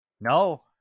No